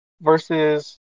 versus